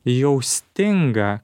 jau stinga